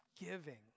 giving